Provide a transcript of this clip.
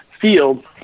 field